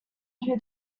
who